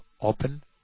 open